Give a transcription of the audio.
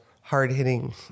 hard-hitting